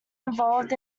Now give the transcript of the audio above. involved